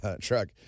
truck